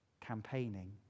campaigning